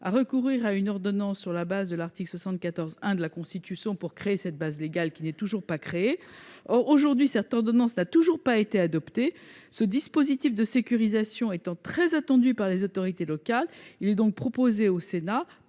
à recourir à une ordonnance sur le fondement de l'article 74-1 de la Constitution pour créer cette base légale. Aujourd'hui, cette ordonnance n'a toujours pas été adoptée. Ce dispositif de sécurisation étant très attendu par les autorités locales, il est donc proposé au Sénat